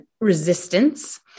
resistance